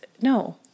no